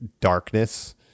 darkness